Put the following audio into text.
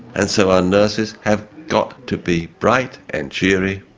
and so our nurses have got to be bright and cheery.